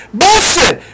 bullshit